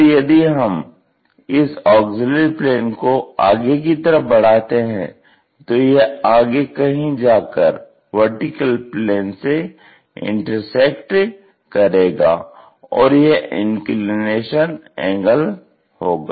तो यदि हम इस ऑग्ज़िल्यरी प्लेन को आगे कि तरफ बढ़ाते हैं तो यह आगे कहीं जाकर VP से इंटेरसेक्ट करेगा और यह इंक्लिनेशन एंगल होगा